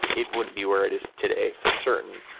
it wouldn't be where it is today for certain.